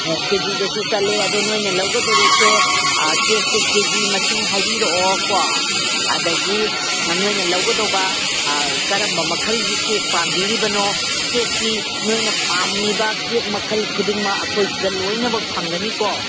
ꯀꯦ ꯖꯤꯗꯁꯨ ꯆꯠꯂꯦ ꯑꯗꯣ ꯅꯣꯏꯅ ꯂꯧꯒꯗꯧꯔꯤꯁꯦ ꯀꯦꯛꯁꯦ ꯀꯦ ꯖꯤ ꯃꯁꯤꯡ ꯍꯥꯏꯕꯤꯔꯛꯑꯣꯀꯣ ꯑꯗꯒꯤ ꯅꯣꯏꯅ ꯂꯧꯒꯗꯧꯕ ꯀꯔꯝꯕ ꯃꯈꯜꯒꯤ ꯀꯦꯛ ꯄꯥꯝꯕꯤꯔꯤꯕꯅꯣ ꯀꯦꯛꯇꯤ ꯅꯣꯏꯅ ꯄꯥꯝꯃꯤꯕ ꯀꯦꯛ ꯃꯈꯜ ꯈꯨꯗꯤꯡꯃꯛ ꯑꯩꯈꯣꯏꯁꯤꯗ ꯂꯣꯏꯅꯃꯛ ꯐꯪꯒꯅꯤꯀꯣ